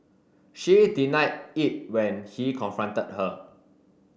she denied it when he confronted her